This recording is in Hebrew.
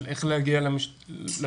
איך להגיע למשפחה,